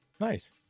nice